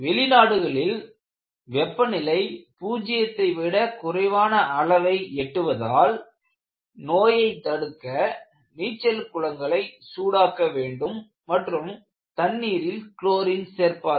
வெளிநாடுகளில் வெப்பநிலை பூஜ்ஜியத்தை விட குறைவான அளவை எட்டுவதால் நோயைத் தடுக்க நீச்சல் குளங்களை சூடாக்க வேண்டும் மற்றும் தண்ணீரில் குளோரின் சேர்ப்பார்கள்